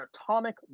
atomic